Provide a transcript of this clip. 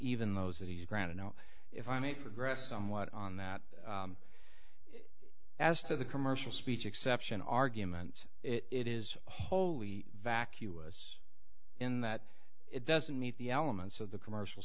even those that he's granted no if i make progress somewhat on that as to the commercial speech exception argument it is wholly vacuous in that it doesn't meet the elements of the commercial